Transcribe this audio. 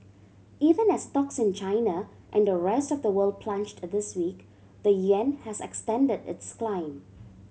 even as stocks in China and the rest of the world plunged a this week the yuan has extended its climb